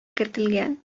кертелгән